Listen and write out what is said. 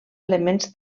elements